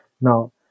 Now